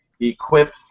equip